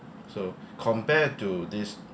so compared to this